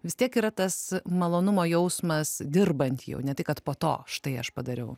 vis tiek yra tas malonumo jausmas dirbant jau ne tai kad po to štai aš padariau